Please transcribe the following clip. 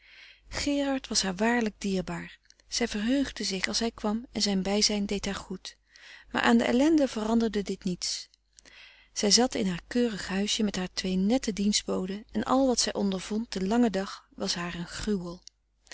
gerard was haar waarlijk dierbaar zij verheugde zich als hij kwam en zijn bijzijn deed haar goed maar aan de ellende veranderde dit niets zij zat in haar keurig huisje met haar twee nette dienstboden en al wat zij ondervond den langen dag was haar een gruwel